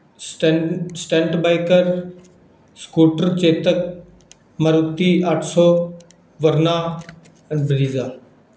stent ਬਾਈ ਕਰ scooter Chetak Maruti ਅੱਠ ਸੋ ਵਰਨਾ ਐਂਡ ਬ੍ਰੀਜ਼ਾ